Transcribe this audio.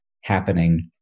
happening